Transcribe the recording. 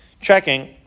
checking